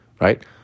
right